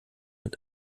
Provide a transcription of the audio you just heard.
mit